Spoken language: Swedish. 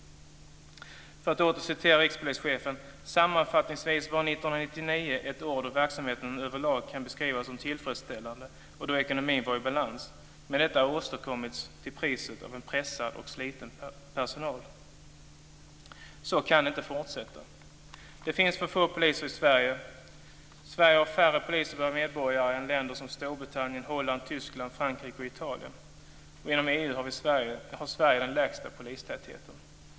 Jag citerar åter rikspolischefen: "Sammanfattningsvis var 1999 ett år då verksamheten överlag kan beskrivas som tillfredsställande och då ekonomin var i balans. Men detta har åstadkommits till priset av en pressad och sliten personal." Så kan det inte fortsätta! Det finns för få poliser i Sverige. Sverige har färre poliser per medborgare än länder som Storbritannien, Holland, Tyskland, Frankrike och Italien. Inom EU har Sverige den lägsta polistätheten.